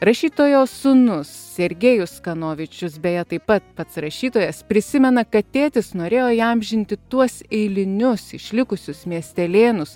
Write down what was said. rašytojo sūnus sergejus kanovičius beje taip pat pats rašytojas prisimena kad tėtis norėjo įamžinti tuos eilinius išlikusius miestelėnus